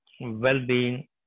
well-being